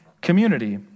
community